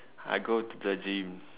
I go to the gym